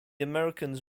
americans